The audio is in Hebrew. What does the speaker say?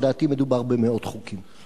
לדעתי, מדובר במאות חוקים.